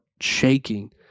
shaking